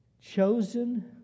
chosen